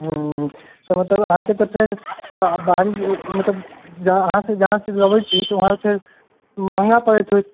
हूँ तऽ मतलब अहाँके तऽ फेर बाहरी मतलब अहाँसँ जहाँसँ लबै छी वहाँसँ महगा पड़ैत हैत